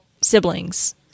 siblings